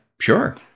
sure